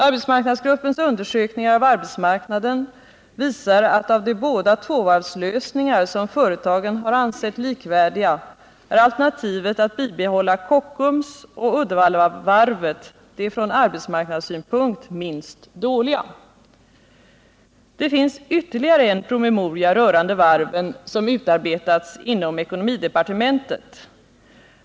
Arbetsmarknadsgruppens undersökningar av arbetsmarknaden visar att av de båda tvåvarvslösningar som företagen har ansett likvärdiga är alternativet att bibehålla Kockums och Uddevallavarvet det från arbetsmarknadssynpunkt minst dåliga. Det finns ytterligare en varvspromemoria, som utarbetats inom ekonomidepartementet.